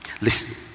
listen